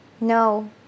No